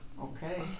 Okay